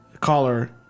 caller